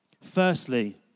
Firstly